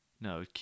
No